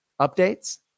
updates